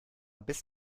bis